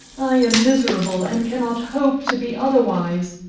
i am miserable and cannot hope to be otherwise.